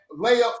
layup